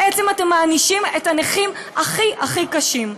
בעצם אתם מענישים את הנכים הכי הכי קשים.